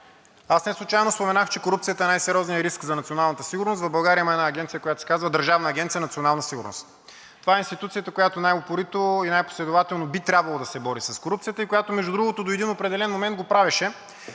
аз не случайно споменах, че корупцията е най-сериозният риск за националната сигурност. В България има една агенция, която се казва Държавна агенция „Национална сигурност“, това е институцията, която най-упорито и най-последователно би трябвало да се бори с корупцията и която, между другото, до един определен момент го правеше.